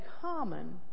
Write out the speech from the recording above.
common